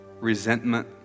resentment